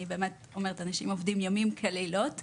למרות שהאנשים שם עובדים לילות כימים.